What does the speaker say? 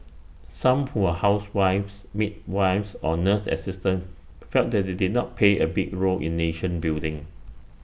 some who were housewives midwives or nurse assistants felt that they did not play A big role in nation building